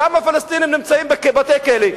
כמה פלסטינים נמצאים בבתי-הכלא?